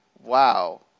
wow